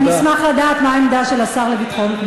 ואני אשמח לדעת מה העמדה של השר לביטחון פנים.